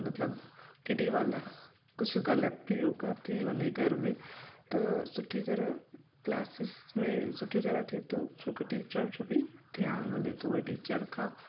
मतिलबु केॾी महिल कुझु ग़लति बि योगा थी वञे घर में त सुठी तरह क्लासिस में सुठी तरह थिए थो छोकी टीचर जो बि ध्यानु वञे थो उन टीचर खां